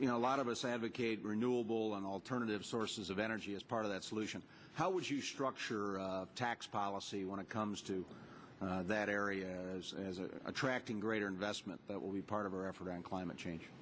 you know a lot of us advocate renewable and alternative sources of energy as part of that solution how would you structure tax policy when it comes to that area as attracting greater investment that will be part of our effort on climate change